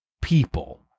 people